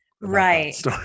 Right